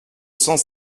cent